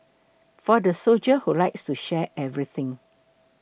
for the soldier who likes to share everything